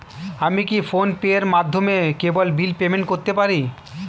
আমি কি ফোন পের মাধ্যমে কেবল বিল পেমেন্ট করতে পারি?